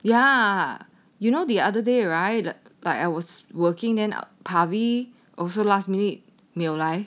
yeah you know the other day right like I was working then pabi also last minute 没有来